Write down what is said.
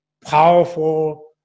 powerful